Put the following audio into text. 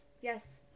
Yes